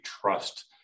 trust